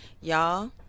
Y'all